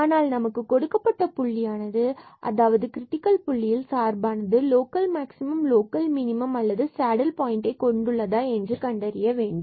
ஆனால் நமக்கு கொடுக்கப்பட்ட புள்ளியானது அதாவது கிரிட்டிக்கல் புள்ளியில் சார்பானது லோக்கல் மேக்சிமம் லோக்கல் மினிமம் அல்லது சேடில் பாயின்ட் கொண்டுள்ளதா என்று கண்டறிய வேண்டும்